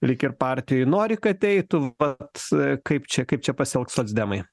lyg ir partijoj nori kad eitų vat kaip čia kaip čia pasielgs socdemai